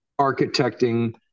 architecting